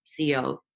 CEO